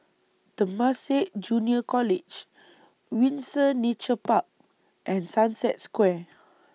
Temasek Junior College Windsor Nature Park and Sunset Square